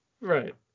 Right